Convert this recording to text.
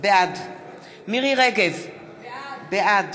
בעד מירי רגב, בעד